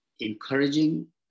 encouraging